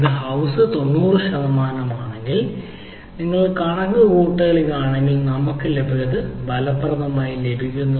ഇത് ഹൌസ് 90 ശതമാനമാണെങ്കിൽ നിങ്ങൾ സമാന കണക്കുകൂട്ടൽ നടത്തുകയാണെങ്കിൽ ഈ മൂല്യത്തിന് പകരം നമ്മൾക്ക് ലഭിക്കുന്നത് നമ്മൾ ഫലപ്രദമായി നൽകും